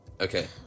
Okay